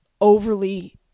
overly